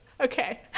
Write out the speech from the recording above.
Okay